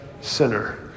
sinner